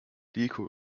deco